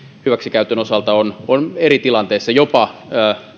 hyväksikäytön osalta on on eri tilanteissa jopa